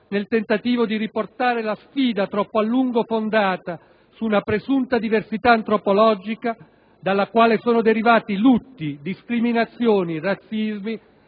nel tentativo di riportare la sfida politica, troppo a lungo fondata su una presunta diversità antropologica - dalla quale sono derivati lutti, discriminazioni, razzismi